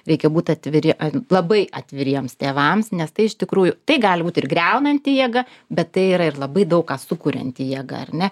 reikia būt atviri labai atviriems tėvams nes tai iš tikrųjų tai gali būt ir griaunanti jėga bet tai yra ir labai daug ką sukurianti jėga ar ne